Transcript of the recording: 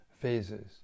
phases